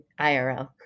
IRL